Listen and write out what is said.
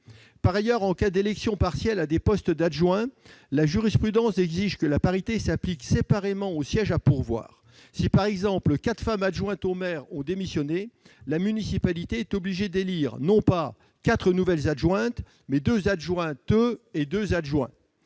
Par ailleurs, en cas d'élection partielle à des postes d'adjoint, la jurisprudence exige que la parité s'applique séparément aux sièges à pourvoir. Si, par exemple, quatre femmes adjointes au maire ont démissionné, la municipalité est obligée d'élire non pas quatre nouvelles adjointes, mais deux adjointes et deux adjoints.